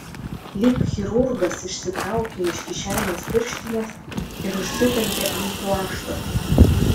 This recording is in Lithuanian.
lyg chirurgas išsitraukė iš kišenės pirštines ir užsitempė ant plaštakų